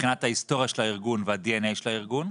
מבחינת ההיסטוריה והדנ"א של הארגון.